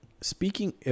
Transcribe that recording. Speaking